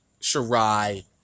Shirai